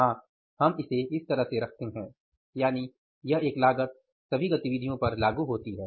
हाँ हम इसे इस तरह से रखते हैं यानि यह एक लागत सभी गतिविधियों पर लागू होती है